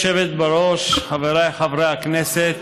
בראש, חבריי חברי הכנסת,